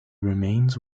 remains